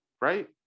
right